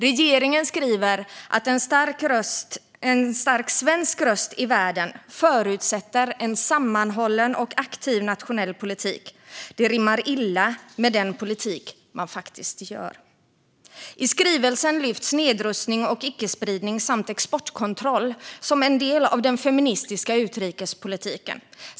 Regeringen skriver att en stark svensk röst i världen förutsätter en sammanhållen och aktiv nationell politik. Det rimmar illa med den politik man faktiskt för. I skrivelsen lyfts nedrustning och icke-spridning samt exportkontroll fram som en del av den feministiska utrikespolitiken.